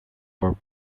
for